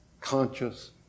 conscious